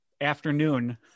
afternoon